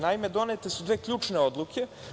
Naime, donete su dve ključne odluke.